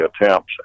attempts